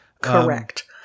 correct